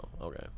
okay